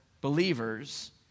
believers